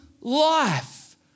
life